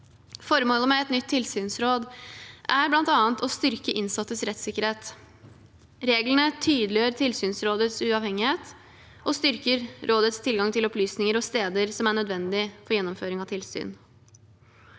Formålet med et nytt tilsynsråd er bl.a. å styrke innsattes rettssikkerhet. Reglene tydeliggjør tilsynsrådets uavhengighet og styrker rådets tilgang til opplysninger og steder som er nødvendig for gjennomføring av tilsyn.